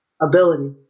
ability